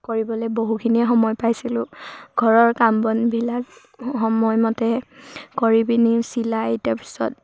কৰিবলৈ বহুখিনিয়ে সময় পাইছিলোঁ ঘৰৰ কাম বনবিলাক সময়মতে কৰি পিনি চিলাই তাৰপিছত